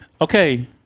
okay